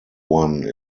one